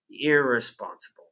irresponsible